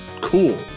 Cool